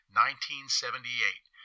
1978